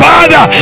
Father